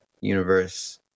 universe